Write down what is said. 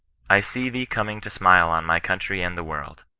i see thee coming to smile on my country and the world.